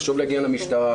לחשוב להגיע למשטרה,